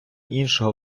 іншого